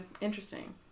interesting